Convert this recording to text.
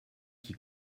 qui